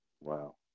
Wow